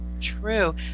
True